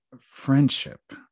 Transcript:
friendship